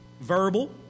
Verbal